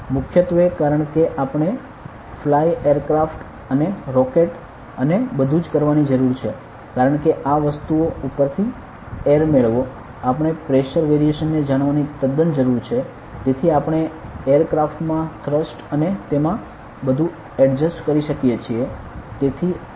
મુખ્યત્વે કારણ કે આપણે ફ્લાય એરક્રાફ્ટ અને રોકેટ અને બધું જ કરવાની જરૂર છે કારણ કે આ વસ્તુઓ ઉપરથી એર મેળવો આપણે પ્રેશર વેરીએશનને જાણવાની તદ્દન જરૂર છે તેથી આપણે એરક્રાફ્ટમાં થ્રસ્ટ અને તેમાં બધું એડજસ્ટ કરી શકીએ છીએ